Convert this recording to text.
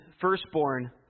firstborn